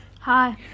Hi